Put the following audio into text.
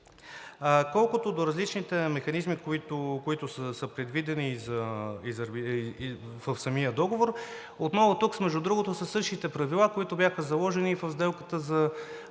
Колкото до различните механизми, които са предвидени и в самия договор, отново тук са същите правила, които бяха заложени и в сделката за